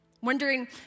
wondering